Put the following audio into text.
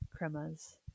cremas